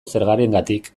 zergarengatik